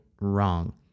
wrong